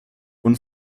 und